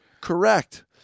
Correct